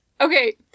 Okay